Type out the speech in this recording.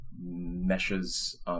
meshes